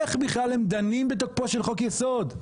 איך בכלל הם דנים בתוקפו של חוק יסוד?